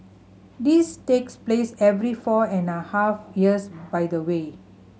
this takes place every four and a half years by the way